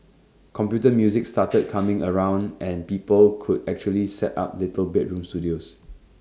computer music started coming around and people could actually set up little bedroom studios